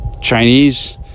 Chinese